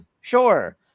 sure